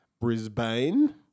Brisbane